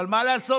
אבל מה לעשות,